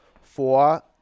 Four